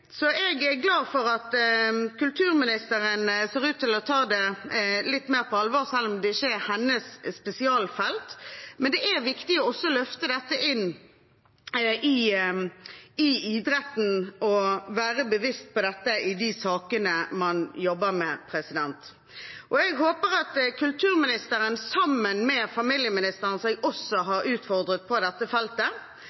så jeg er glad for at kulturministeren ser ut til å ta det litt mer på alvor, selv om det ikke er hennes spesialfelt. Det er viktig også å løfte dette inn i idretten og være bevisst på dette i de sakene man jobber med. Jeg håper at kulturministeren – sammen med familieministeren, som jeg også